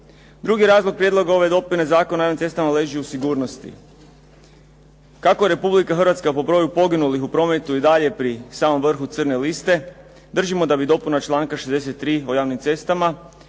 Drugi razlog Prijedloga ove dopune Zakona o javnim cestama leži u sigurnosti. Kako je Republika Hrvatska po broju poginulih u prometu i dalje pri samom vrhu crne liste, držimo da bi dopuna članka 63. o javnim cestama